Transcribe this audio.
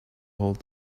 hold